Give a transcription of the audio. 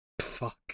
Fuck